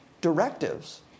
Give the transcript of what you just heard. directives